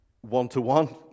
one-to-one